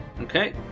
Okay